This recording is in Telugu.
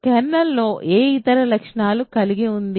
కెర్నల్ ఏ ఇతర లక్షణాలను కలిగి ఉంది